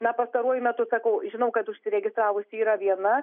na pastaruoju metu sakau žinau kad užsiregistravusi yra viena